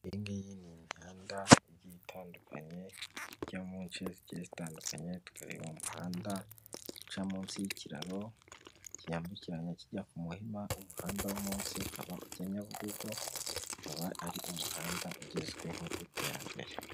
Iyi ngiyi ni imihanda igiye itandukanye ijya mu nce zigiye zitandukanye. Tukareba umuhanda uca munsi y'ikiraro cyambukiranya kijya ku Muhima. Umuhanda wo munsi ukaba ujya Nyabugogo ukaba ari umuhanda ugezweho w'iterambere.